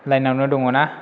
लाइनआवनो दङ ना